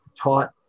taught